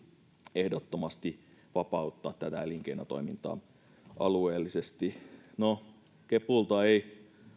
ehdottomasti vapauttaa tätä elinkeinotoimintaa alueellisesti no kepulta ei